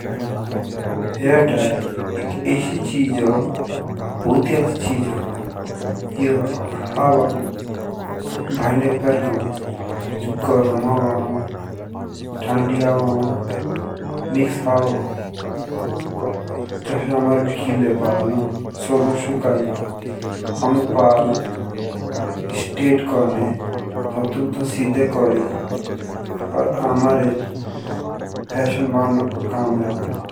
Hair dryer एक अच्छे चीज़ हो बहुत ही अच्छी चीज़ हो। यो कर्म हवक बाँदी फेरकाओ जो गरम हवा हो ठंडी हवा हो मिक्स हवा हो जोसे अमारे गिल्ले बाल हो सो दो सुखाए। आमुख बाल स्ट्रेट करने तातुक दो सीधे कोरे। और अमारे फैशन बैंक कामे आओ।